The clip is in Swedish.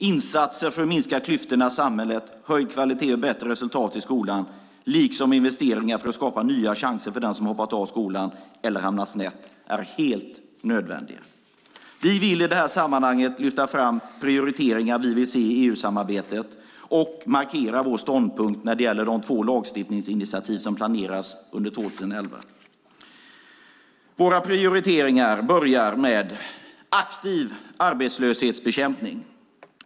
Insatser för att minska klyftorna i samhället, höjd kvalitet och bättre resultat i skolan liksom investeringar för att skapa nya chanser för den som hoppat av skolan eller hamnat snett är helt nödvändiga. Vi vill i det här sammanhanget lyfta fram de prioriteringar vi vill se i EU-samarbetet och markera vår ståndpunkt när det gäller de två lagstiftningsinitiativ som planeras under 2011. Våra prioriteringar börjar med en aktiv arbetslöshetsbekämpning.